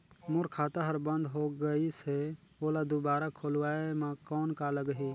मोर खाता हर बंद हो गाईस है ओला दुबारा खोलवाय म कौन का लगही?